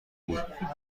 بود